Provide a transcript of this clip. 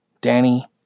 Danny